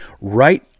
right